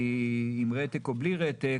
עם רתק או בלי רתק